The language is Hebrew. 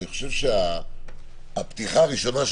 אבל אני חושב שהפתיחה הראשונה,